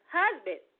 husband